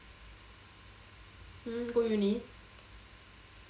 hmm go uni